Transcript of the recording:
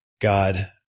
God